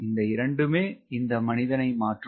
இந்த இரண்டுமே இந்த மனிதனை மாற்றும்